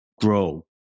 grow